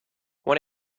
when